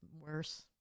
worse